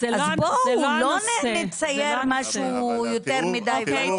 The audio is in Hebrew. אז בואו, לא נצייר משהו יותר מדי ורוד.